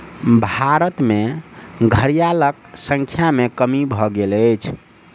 भारत में घड़ियालक संख्या में कमी भेल अछि